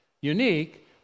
unique